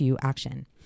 action